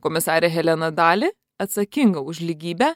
komisarė helena dali atsakinga už lygybę